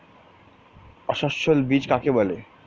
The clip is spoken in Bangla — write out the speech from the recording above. অসস্যল বীজ কাকে বলে?